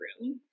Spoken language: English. room